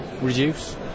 reduce